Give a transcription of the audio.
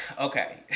okay